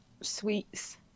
sweets